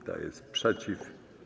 Kto jest przeciw?